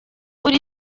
uri